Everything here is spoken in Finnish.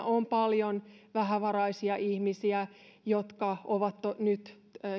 on paljon vähävaraisia ihmisiä jotka ovat nyt